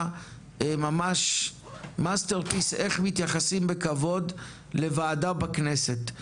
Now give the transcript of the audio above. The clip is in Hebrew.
ממש master piece איך מתייחסים בכבוד לוועדה בכנסת.